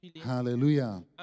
Hallelujah